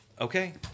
Okay